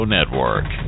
Network